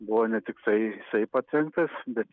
buvo ne tiktai jisai patvektas bet